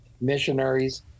missionaries